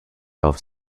auf